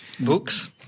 Books